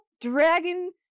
dragon